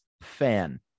fan